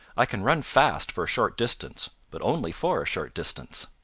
i can run fast for a short distance, but only for a short distance.